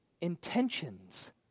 intentions